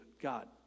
God